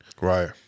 Right